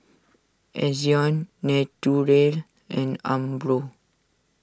Ezion Naturel and Umbro